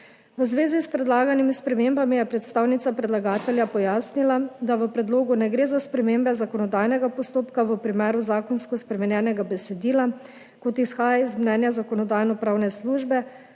V zvezi s predlaganimi spremembami je predstavnica predlagatelja pojasnila, da v predlogu ne gre za spremembe zakonodajnega postopka v primeru zakonsko spremenjenega besedila, kot izhaja iz mnenja Zakonodajno-pravne službe,